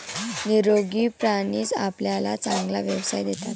निरोगी प्राणीच आपल्याला चांगला व्यवसाय देतात